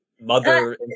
mother